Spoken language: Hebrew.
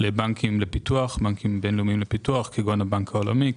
לבנקים לפיתוח כמו הבנק העולמי,